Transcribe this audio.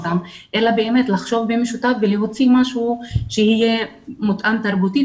אלא באמת לחשוב במשותף ולהוציא משהו שיהיה מותאם תרבותית,